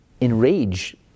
enrage